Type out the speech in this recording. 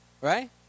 Right